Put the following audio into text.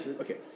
Okay